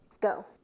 Go